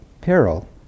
peril